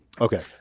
Okay